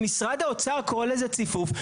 משרד האוצר קורא לזה ציפוף.